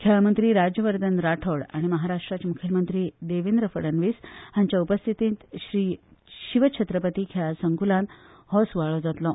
खेळा मंत्री राज्यवर्धन राठोड आनी महाराष्ट्राचे मुखेलमंत्री देवेंद्र फडणवीस हांच्या उपस्थीतीत श्री शिवछत्रपती खेळा संकूलात हो सूवाळो जातलो